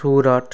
Surat